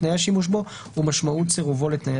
תנאי השימוש בו ומשמעות סירובו לתנאי